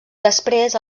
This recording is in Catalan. després